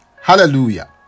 Hallelujah